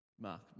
Mark